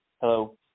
Hello